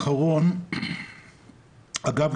אגב,